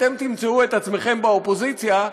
אתם תמצאו את עצמכם באופוזיציה,